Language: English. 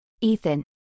Ethan